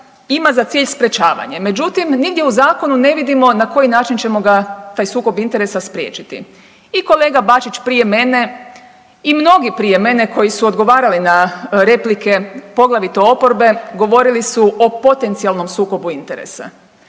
ima za cilj sprječavanje, međutim nigdje u zakonu ne vidimo na koji način ćemo ga taj sukob interesa spriječiti. I kolega Bačić prije mene i mnogi prije mene koji su odgovarali na replike poglavito oporbe govorili su o potencijalnom sukobu interesa,